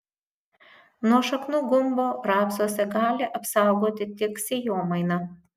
nuo šaknų gumbo rapsuose gali apsaugoti tik sėjomaina